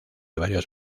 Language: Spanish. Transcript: varios